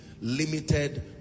limited